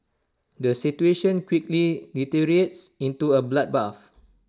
the situation quickly deteriorates into A bloodbath